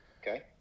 Okay